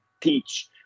teach